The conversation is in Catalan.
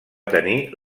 tenir